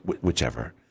whichever